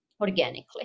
organically